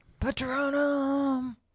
patronum